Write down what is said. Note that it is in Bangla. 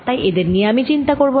তাই এদের নিয়ে আমি চিন্তা করব না